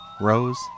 Rose